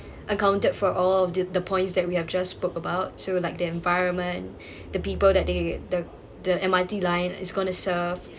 accounted for all of the the points that we have just spoke about so like the environment the people that they the the M_R_T line is gonna serve